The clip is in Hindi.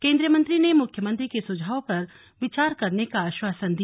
केन्द्रीय मंत्री ने मुख्यमंत्री के सुझावों पर विचार करने का आश्वासन दिया